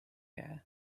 air